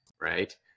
right